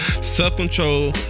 self-control